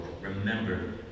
Remember